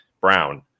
Brown